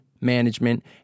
management